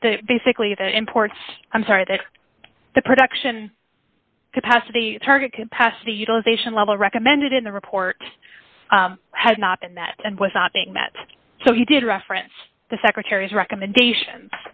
that that basically that imports i'm sorry that the production capacity target capacity utilization level recommended in the report has not been that and was not being met so he did reference the secretary's recommendation